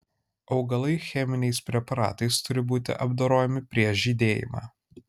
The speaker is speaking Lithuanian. augalai cheminiais preparatais turi būti apdorojami prieš žydėjimą